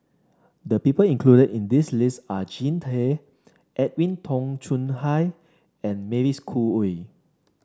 the people included in this list are Jean Tay Edwin Tong Chun Fai and Mavis Khoo Oei